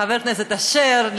לחבר הכנסת אשר,